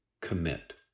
commit